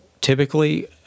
Typically